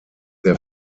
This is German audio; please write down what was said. der